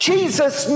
Jesus